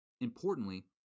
importantly